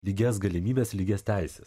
lygias galimybes lygias teises